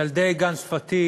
ילדי גן שפתי,